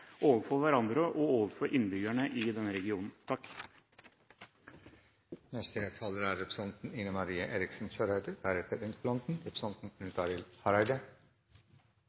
overfor hverandre og overfor innbyggerne i denne regionen.